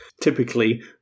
typically